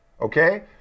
Okay